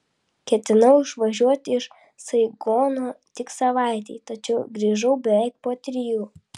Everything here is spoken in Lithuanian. ketinau išvažiuoti iš saigono tik savaitei tačiau grįžau beveik po trijų